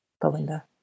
Belinda